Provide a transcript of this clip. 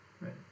Right